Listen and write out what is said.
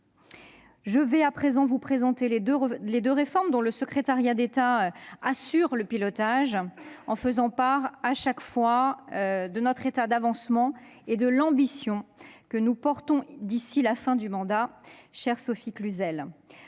Je vais à présent vous présenter les deux réformes dont le secrétariat d'État assure le pilotage en vous faisant part à chaque fois de leur état d'avancement et de l'ambition que nous portons d'ici la fin du mandat, chère Sophie Cluzel.